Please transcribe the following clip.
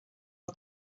all